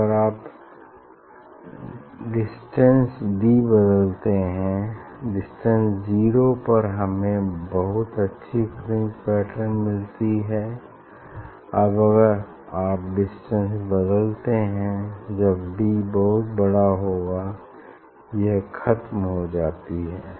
अगर आप distance D बदलते हैं डिस्टेंस जीरो पर हमें बहुत अच्छी फ्रिंज पैटर्न मिलती है अब अगर आप डिस्टेंस बदलते हैंजब डी बहुत बड़ा होगा यह ख़त्म हो जाती है